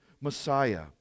Messiah